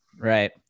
Right